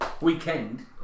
Weekend